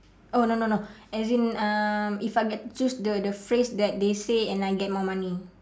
oh no no no as in um if I get to choose the the phrase that they say and I get more money